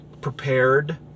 prepared